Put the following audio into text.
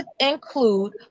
include